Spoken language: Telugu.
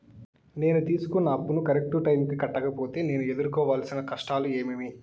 నేను తీసుకున్న అప్పును కరెక్టు టైముకి కట్టకపోతే నేను ఎదురుకోవాల్సిన కష్టాలు ఏమీమి?